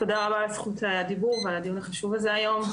תודה רבה על זכות הדיבור ועל הדיון החשוב הזה היום.